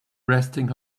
resting